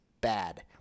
bad